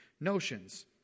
notions